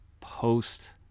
post